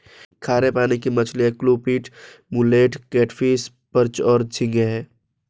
खारे पानी की मछलियाँ क्लूपीड, मुलेट, कैटफ़िश, पर्च और झींगे हैं